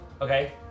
Okay